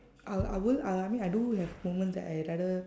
I'll I will uh I mean I do have moments that I rather